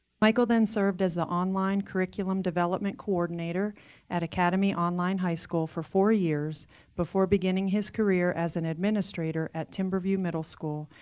michael then served as the online curriculum development coordinator at academy online high school for four years before beginning his career as an administrator at timber view middle school,